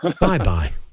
Bye-bye